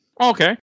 Okay